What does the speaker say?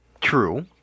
True